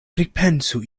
pripensu